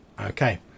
Okay